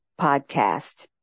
podcast